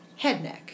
Headneck